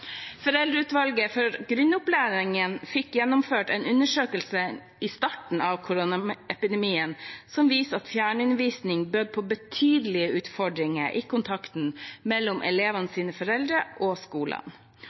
Foreldreutvalget for grunnopplæringen fikk gjennomført en undersøkelse i starten av koronapandemien som viste at fjernundervisning bød på betydelige utfordringer i kontakten mellom elevenes foreldre og skolene.